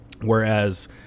whereas